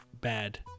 bad